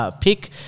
pick